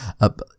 up